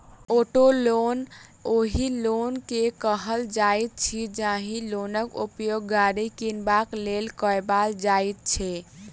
auto loan ओहि loan के कहल जाइत अछि, जाहि लोनक उपयोग गाड़ी किनबाक लेल कयल जाइत छै